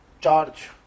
charge